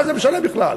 מה זה משנה בכלל?